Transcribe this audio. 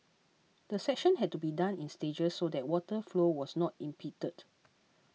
the section had to be done in stages so that water flow was not impeded